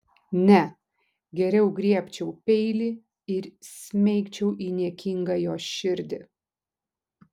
ne geriau griebčiau peilį ir smeigčiau į niekingą jo širdį